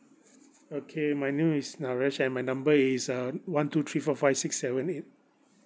okay my name is naresh and my number is uh one two three four five six seven eight